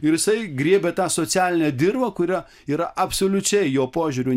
ir jisai griebė tą socialinę dirvą kurią yra absoliučiai jo požiūriu